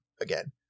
again